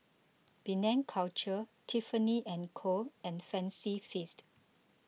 Penang Culture Tiffany and Co and Fancy Feast